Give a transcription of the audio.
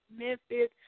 Memphis